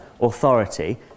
authority